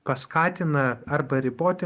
paskatina arba riboti